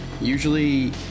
Usually